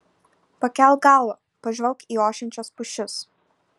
pakelk galvą pažvelk į ošiančias pušis